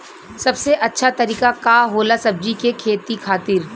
सबसे अच्छा तरीका का होला सब्जी के खेती खातिर?